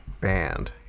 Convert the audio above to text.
band